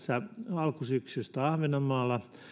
alkusyksystä ahvenanmaalla